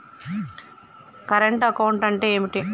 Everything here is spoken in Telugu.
కరెంట్ అకౌంట్ అంటే ఏంటిది?